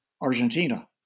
Argentina